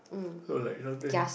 so like something